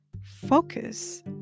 focus